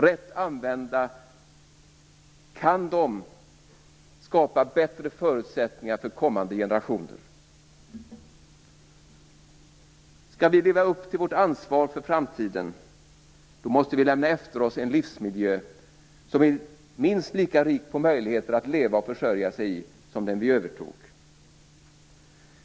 Rätt använda kan de skapa bättre förutsättningar för kommande generationer. Skall vi leva upp till vårt ansvar för framtiden måste vi lämna efter oss en livsmiljö som är minst lika rik på möjligheter att leva och försörja sig i som den vi övertog.